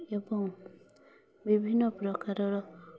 ଏବଂ ବିଭିନ୍ନ ପ୍ରକାରର